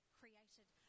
created